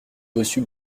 bossu